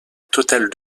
totale